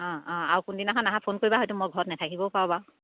অঁ অঁ আৰু কোনদিনাখন আহা ফোন কৰিবা হয়টো মই ঘৰত নাথাকিবও পাৰোঁ বাৰু